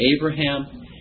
Abraham